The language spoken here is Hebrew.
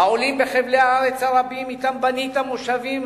העולים בחבלי הארץ הרבים שאתם בנית בהם מושבים,